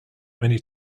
many